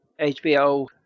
HBO